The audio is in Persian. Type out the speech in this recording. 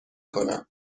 کنم